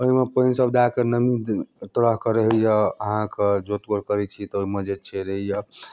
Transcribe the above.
ओहिमे पानि सब दए कऽ नमी तरह के रहैया अहाँके जोतकोड़ करै छी तऽ ओहिमे जे छेड़ैया